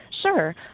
Sure